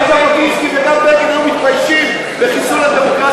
גם ז'בוטינסקי וגם בגין היו מתביישים בחיסול הדמוקרטיה,